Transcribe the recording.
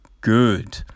good